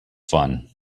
fun